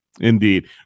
Indeed